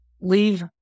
leave